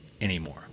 anymore